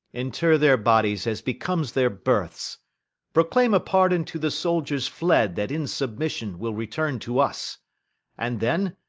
inter their bodies as becomes their births proclaim a pardon to the soldiers fled that in submission will return to us and then,